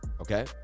okay